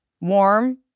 warm